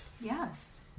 Yes